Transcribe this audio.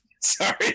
Sorry